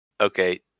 okay